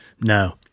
No